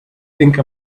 think